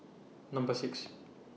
Number six